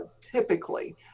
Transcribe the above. typically